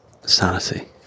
sanity